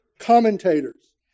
commentators